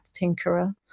tinkerer